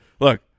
Look